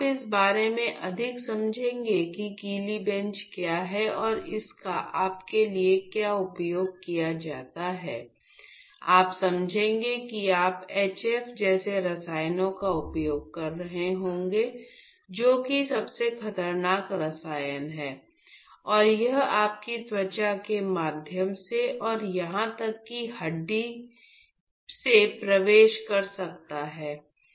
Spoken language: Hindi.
आप इस बारे में अधिक समझेंगे कि गीली बेंच क्या है और इसका आपके लिए क्या उपयोग किया जाता है आप समझेंगे कि आप HF जैसे रसायनों का उपयोग कर रहे होंगे जो कि सबसे खतरनाक रसायन है और यह आपकी त्वचा के माध्यम से और यहां तक कि हड्डी से प्रवेश कर सकता है